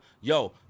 yo